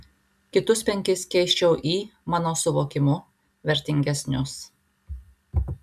kitus penkis keisčiau į mano suvokimu vertingesnius